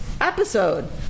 episode